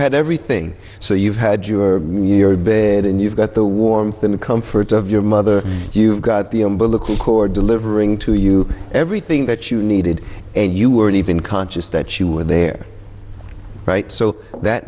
had everything so you've had your bed and you've got the warmth and comfort of your mother you've got the umbilical cord delivering to you everything that you needed and you were even conscious that you win there right so that